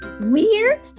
Weird